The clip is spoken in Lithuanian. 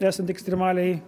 esant ekstremaliai